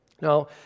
Now